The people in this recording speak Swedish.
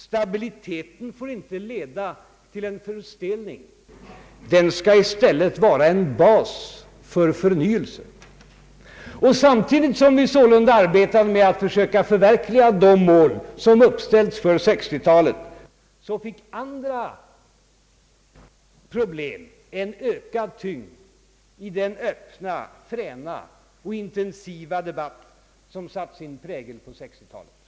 Stabiliteten får inte leda till en förstelning, den skall i stället vara en bas för förnyelse. Samtidigt som vi sålunda arbetade med att försöka förverkliga de mål som uppställts för 1960-talet fick andra problem en ökad tyngd i den öppna, fräna och intensiva debatt som satte sin prägel på 1960-talet.